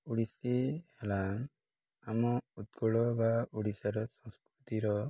ଓଡ଼ିଶୀ ହେଲା ଆମ ଉତ୍କଳ ବା ଓଡ଼ିଶାର ସଂସ୍କୃତିର